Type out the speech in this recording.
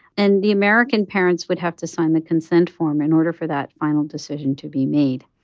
and the american parents would have to sign the consent form in order for that final decision to be made.